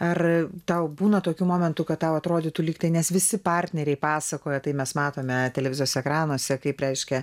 ar tau būna tokių momentų kad tau atrodytų lyg tai nes visi partneriai pasakoja tai mes matome televizijos ekranuose kaip reiškia